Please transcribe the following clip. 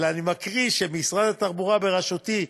אלא אני מקריא שמשרד התחבורה בראשותי,